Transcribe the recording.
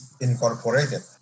incorporated